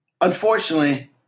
unfortunately